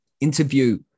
interview